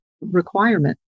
requirement